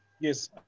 Yes